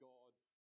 God's